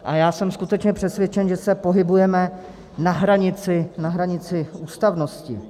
A já jsem skutečně přesvědčen, že se pohybujeme na hranici ústavnosti.